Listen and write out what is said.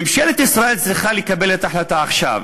ממשלת ישראל צריכה לקבל את ההחלטה עכשיו,